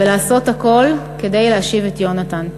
ולעשות הכול כדי להשיב את יונתן.